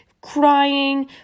crying